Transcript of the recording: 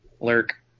lurk